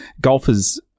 Golfers